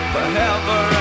Forever